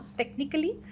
technically